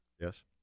Yes